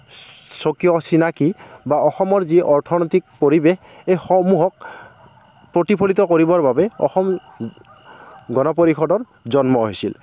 স্বকীয় চিনাকি বা অসমৰ যি অৰ্থনৈতিক পৰিৱেশ এইসমূহক প্ৰতিফলিত কৰিবৰ বাবে অসম গণ পৰিষদৰ জন্ম হৈছিল